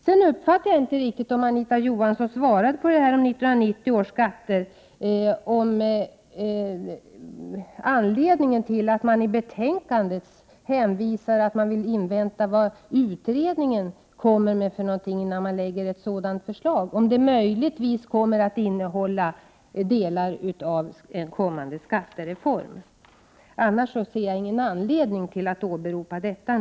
Jag uppfattade inte riktigt om Anita Johansson svarade på frågan om anledningen till att man i betänkandet när det gäller 1990 års skatter hänvisar till att man vill invänta vad utredningen kommer med innan man lägger fram något förslag och om ett sådant förslag möjligtvis kommer att innehålla delar av en kommande skattereform. Annars ser jag ingen anledning att åberopa detta.